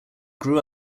grew